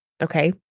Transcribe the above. okay